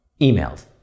emailed